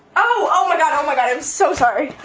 oh my god oh my god i'm so sorry